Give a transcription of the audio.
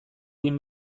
egin